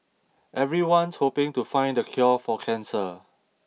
everyone's hoping to find the cure for cancer